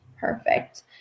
Perfect